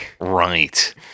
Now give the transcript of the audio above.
Right